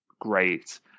great